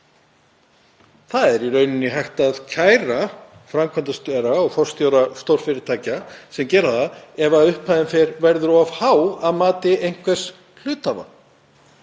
Það er í rauninni hægt að kæra framkvæmdastjóra og forstjóra stórfyrirtækja sem það gera ef upphæðin verður of há að mati einhvers hluthafa.